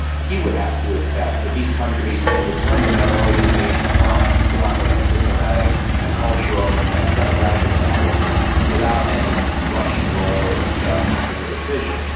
he would have to accept that these countries can determine their orientation on economic and diplomatic and cultural and demographic matters without any russian role or veto in the decision.